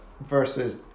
versus